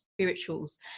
spirituals